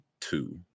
two